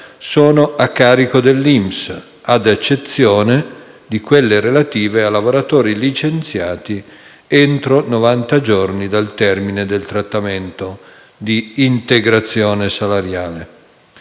sono a carico dell'INPS, ad eccezione di quelle relative a lavoratori licenziati entro novanta giorni dal termine del trattamento di integrazione salariale.